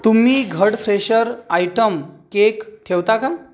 तुम्ही घड fresher item cake ठेवता का